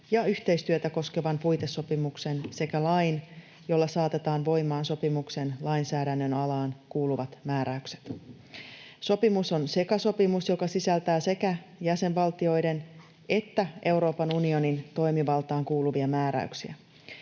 ja yhteistyötä koskevan puitesopimuksen sekä lain, jolla saatetaan voimaan sopimuksen lainsäädännön alaan kuuluvat määräykset. Sopimus on sekasopimus, joka sisältää sekä jäsenvaltioiden että Euroopan unionin toimivaltaan kuuluvia määräyksiä.